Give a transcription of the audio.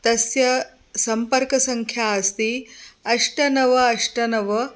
तस्य सम्पर्कसङ्ख्या अस्ति अष्ट नव अष्ट नव